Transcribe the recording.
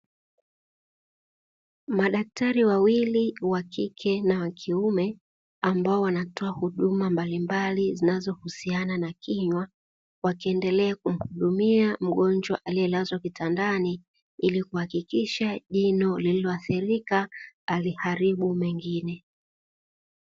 Madaktari wawili wakike na wakiume ambao wanatoa huduma mbalimbali zinazo husiana na kinywa, wakiendelea kumuhudumia mgonjwa aliyelazwa kitandani ili kuhahakisha jino lililoathirika haliharibu mengine.